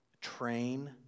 train